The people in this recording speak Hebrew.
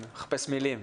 מחפש מילים.